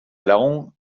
long